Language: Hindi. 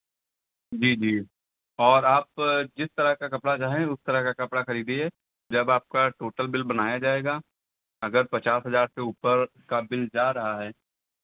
जी जी और आप जिस तरह का कपड़ा चाहें उस तरह का कपड़ा खरीदिए जब आपका टोटल बिल बनाया जाएगा अगर पचास हज़ार से ऊपर का बिल जा रहा है